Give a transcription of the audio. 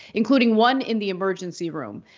including one in the emergency room.